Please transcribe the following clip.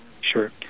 sure